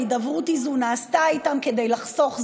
ההידברות הזאת נעשתה איתם כדי לחסוך זמן.